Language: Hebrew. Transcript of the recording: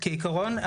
כעיקרון,